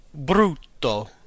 Brutto